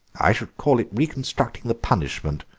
i should call it reconstructing the punishment,